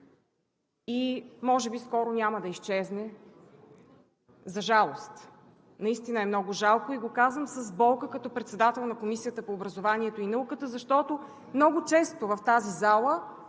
може би скоро няма да изчезне и наистина е много жалко. Казвам го с болка като председател на Комисията по образованието и науката, защото много често в тази зала